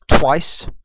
twice